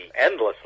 endlessly